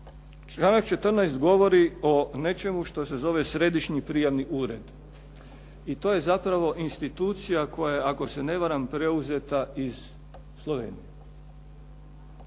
Članak 14. govori o nečemu što se zove središnji prijamni ured. I to je zapravo institucija koja je ako se ne varam preuzeta iz Slovenije.